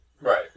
right